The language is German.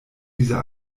dieser